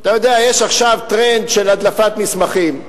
אתה יודע, יש עכשיו טרנד של הדלפת מסמכים.